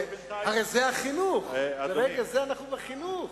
הרי זה החינוך, ברגע זה אנחנו בחינוך.